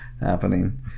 happening